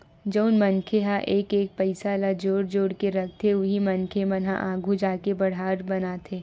जउन मनखे ह एक एक पइसा ल जोड़ जोड़ के रखथे उही मनखे मन ह आघु जाके बड़हर बनथे